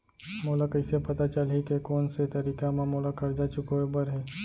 मोला कइसे पता चलही के कोन से तारीक म मोला करजा चुकोय बर हे?